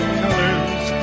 colors